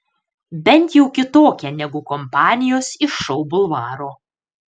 bent jau kitokia negu kompanijos iš šou bulvaro